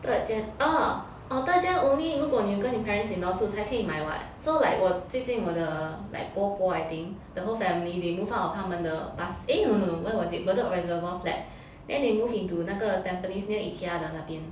third gen orh orh third gen only 如果你有跟你 parents-in-law 住才可以买 [what] so like 我我最近我的 like 伯伯 I think the whole family they move out of 他们的 pas~ no no where was it bedok reservoir flat then they move into 那个 tampines near Ikea 的那边